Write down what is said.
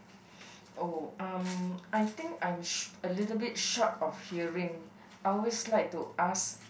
oh um I think I'm sh~ a little bit short of hearing I always like to ask